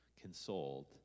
consoled